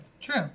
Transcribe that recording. True